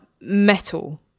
metal